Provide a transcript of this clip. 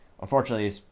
unfortunately